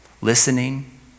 listening